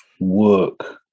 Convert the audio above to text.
work